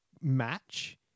match